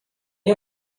you